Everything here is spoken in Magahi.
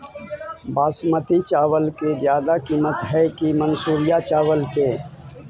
बासमती चावल के ज्यादा किमत है कि मनसुरिया चावल के?